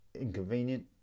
inconvenient